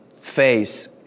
face